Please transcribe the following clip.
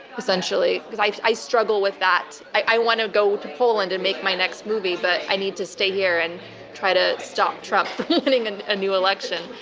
essentially? because i i struggle with that. i want to go to poland and make my next movie, but i need to stay here and try to stop trump from getting and a new election.